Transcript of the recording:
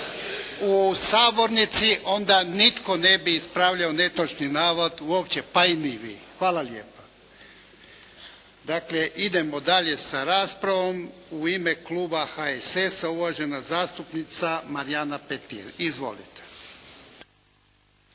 U sabornici onda nitko ne bi ispravljao netočan navod uopće, pa i ni vi. Dakle idemo dalje sa raspravom. U ime kluba HSS-a, uvažena zastupnica Marijana Petir. Izvolite.